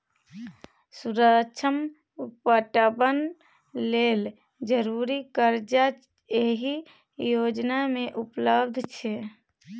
सुक्ष्म पटबन लेल जरुरी करजा एहि योजना मे उपलब्ध छै